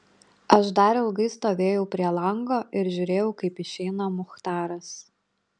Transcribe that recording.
aš dar ilgai stovėjau prie lango ir žiūrėjau kaip išeina muchtaras